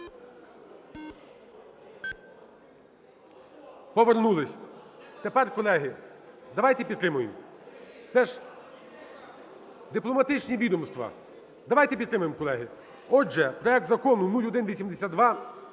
Повернулись. Тепер, колеги, давайте підтримаємо. Це ж дипломатичні відомства, давайте підтримаємо, колеги. Отже, проект Закону 0182